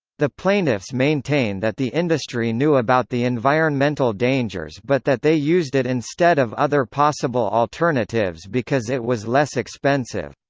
the plaintiffs maintain that the industry knew about the environmental dangers but that they used it instead of other possible alternatives because it was less expensive.